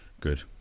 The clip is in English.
Good